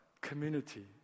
Community